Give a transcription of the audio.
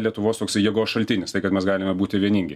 lietuvos toksai jėgos šaltinis tai kad mes galime būti vieningi